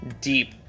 deep